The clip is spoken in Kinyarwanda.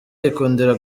yikundira